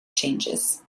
changes